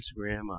Instagram